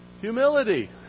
Humility